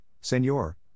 Senor